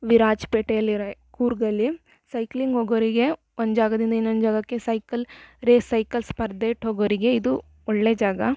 ವಿರಾಜ್ಪೇಟೆಯಲ್ಲಿರೋ ಕೂರ್ಗ್ ಅಲ್ಲಿ ಸೈಕ್ಲಿಂಗ್ ಹೇಗೋರಿಗೆ ಒಂದು ಜಾಗದಿಂದ ಇನ್ನೊಂದು ಜಾಗಕ್ಕೆ ಸೈಕಲ್ ರೇಸ್ ಸೈಕಲ್ ಸ್ಪರ್ಧೆ ಇಟ್ಟು ಹೋಗೋರಿಗೆ ಇದು ಒಳ್ಳೆಯ ಜಾಗ